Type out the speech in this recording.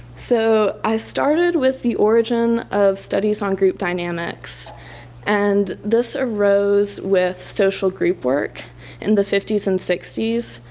so i started with the origin of studies on group dynamics and this arose with social group work in the fifty s and sixty s,